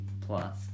Plus